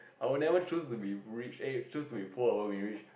I will never choose to be rich eh choose to be poor over being rich